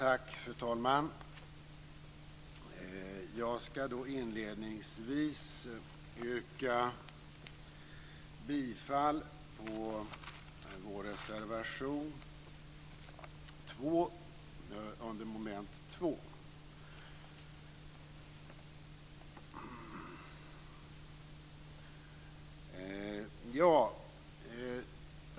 Fru talman! Jag ska inledningsvis yrka bifall till vår reservation 2 under mom. 2.